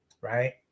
right